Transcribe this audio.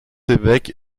évêque